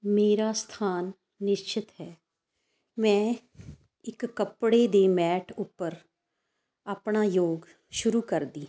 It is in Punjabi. ਮੇਰਾ ਸਥਾਨ ਨਿਸ਼ਚਿਤ ਹੈ ਮੈਂ ਇੱਕ ਕੱਪੜੇ ਦੇ ਮੈਟ ਉੱਪਰ ਆਪਣਾ ਯੋਗ ਸ਼ੁਰੂ ਕਰਦੀ ਹਾਂ